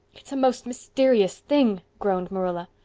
it's a most mysterious thing, groaned marilla.